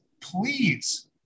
Please